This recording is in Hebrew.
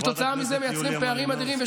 וכתוצאה מזה מייצרים פערים אדירים.